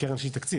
הקרן היא תקציב,